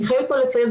אני חייבת לציין,